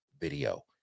video